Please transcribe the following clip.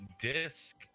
disc